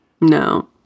No